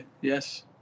Yes